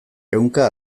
ehunka